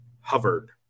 hovered